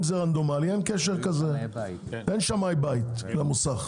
אם זה רנדומלי אין קשר כזה, אין שמאי בית למוסך.